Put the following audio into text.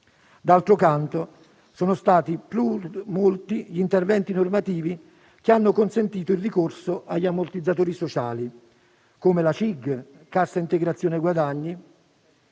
D'altro canto, sono stati molti gli interventi normativi che hanno consentito il ricorso agli ammortizzatori sociali, come la Cassa integrazione guadagni